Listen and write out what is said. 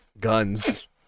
guns